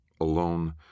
Alone